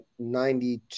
92